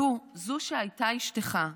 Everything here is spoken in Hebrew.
זו שהייתה אשתך,